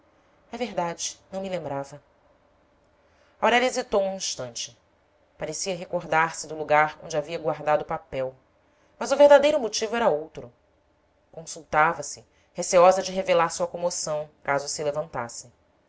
é verdade não me lembrava aurélia hesitou um instante parecia recordar-se do lugar onde havia guardado o papel mas o verdadeiro motivo era outro consultava se receosa de revelar sua comoção caso se levantasse